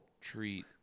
treat